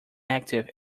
active